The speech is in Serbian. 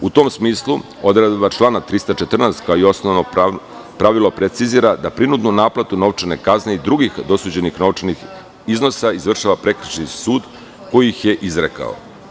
U tom smislu, odredba člana 314, kao i osnovno pravilo precizira da prinudnu naplatu novčane kazne i drugih dosuđenih novčanih iznosa izvršava prekršajni sud koji ih je izrekao.